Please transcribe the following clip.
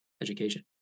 education